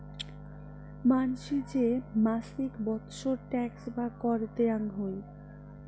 মানসি যে মাছিক বৎসর ট্যাক্স বা কর দেয়াং হই